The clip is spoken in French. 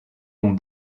ont